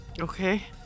Okay